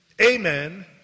Amen